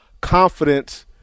confidence